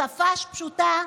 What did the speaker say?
בשפה פשוטה,